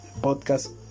Podcast